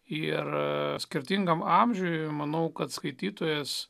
ir skirtingam amžiui manau kad skaitytojas